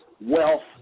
wealth